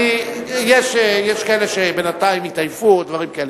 יש כאלה שבינתיים התעייפו או דברים כאלה.